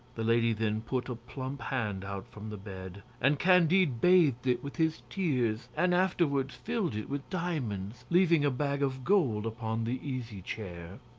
the lady then put a plump hand out from the bed, and candide bathed it with his tears and afterwards filled it with diamonds, leaving a bag of gold upon the easy chair.